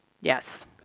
Yes